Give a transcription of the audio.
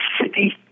city